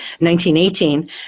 1918